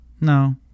No